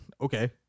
Okay